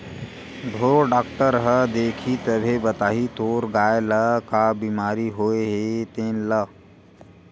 ढ़ोर डॉक्टर ह देखही तभे बताही तोर गाय ल का बिमारी होय हे तेन ल